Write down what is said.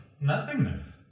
nothingness